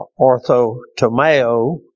orthotomeo